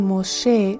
Moshe